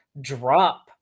drop